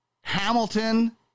Hamilton